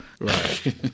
Right